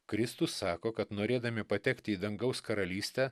kristus sako kad norėdami patekti į dangaus karalystę